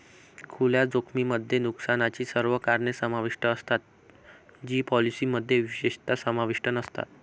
खुल्या जोखमीमध्ये नुकसानाची सर्व कारणे समाविष्ट असतात जी पॉलिसीमध्ये विशेषतः समाविष्ट नसतात